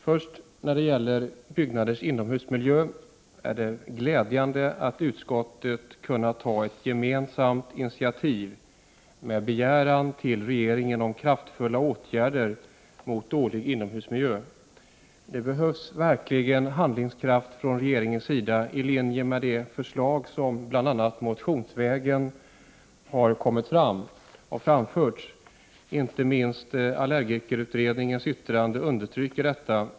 När det först gäller byggnaders inomhusmiljö vill jag säga att det är glädjande att utskottets ledamöter gemensamt kunnat ta ett initiativ till en begäran till regeringen om kraftfulla åtgärder mot dålig inomhusmiljö. Det behövs verkligen handlingskraft från regeringens sida, i linje med de förslag som framförts bl.a. motionsvägen. Inte minst i allergikerutredningens yttrande understryks detta.